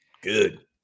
Good